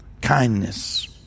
Kindness